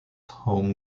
home